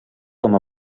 com